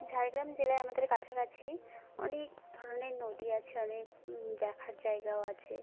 ঝাড়গ্রাম জে লায় আমাদের কাছাকাছি অনেক ধরণের নদী আছে অনেক দেখার জায়গাও আছে